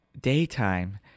daytime